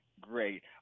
Great